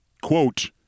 Quote